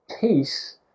peace